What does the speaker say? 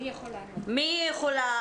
מי יכול לענות?